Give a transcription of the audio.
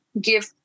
give